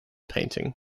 painting